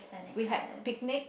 we had picnic